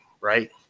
right